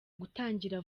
gutangira